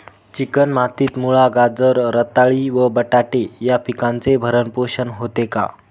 Chicken मातीत मुळा, गाजर, रताळी व बटाटे या पिकांचे भरण पोषण होते का?